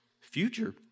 future